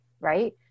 right